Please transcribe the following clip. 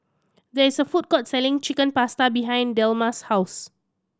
there is a food court selling Chicken Pasta behind Delmas' house